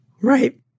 Right